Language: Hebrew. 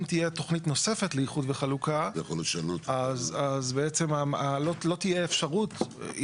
אם תהיה תוכנית נוספת לאיחוד וחלוקה אז בעצם לא תהיה אפשרות,